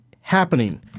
happening